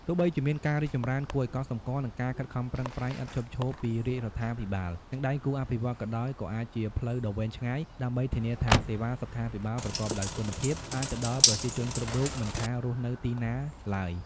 ទោះបីជាមានការរីកចម្រើនគួរឱ្យកត់សម្គាល់ និងការខិតខំប្រឹងប្រែងឥតឈប់ឈរពីរាជរដ្ឋាភិបាល និងដៃគូអភិវឌ្ឍន៍ក៏ដោយ ក៏អាចជាផ្លូវដ៏វែងឆ្ងាយ ដើម្បីធានាថាសេវាសុខាភិបាលប្រកបដោយគុណភាព អាចទៅដល់ប្រជាជនគ្រប់រូប មិនថារស់នៅទីណាឡើយ។